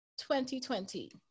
2020